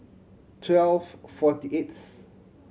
twelve forty eighth